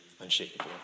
unshakable